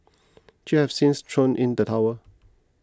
chew has since thrown in the towel